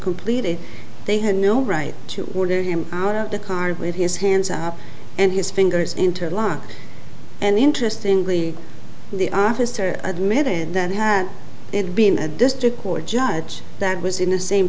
completed they had no right to order him out of the car with his hands up and his fingers interlock and interestingly the officer admitted that had it been a district court judge that was in the same